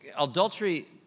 adultery